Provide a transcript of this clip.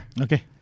Okay